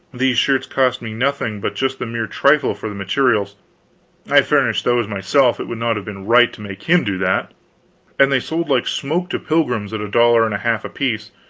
these shirts cost me nothing but just the mere trifle for the materials i furnished those myself, it would not have been right to make him do that and they sold like smoke to pilgrims at a dollar and a half apiece,